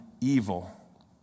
evil